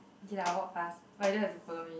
okay I walk fast but you don't have to follow me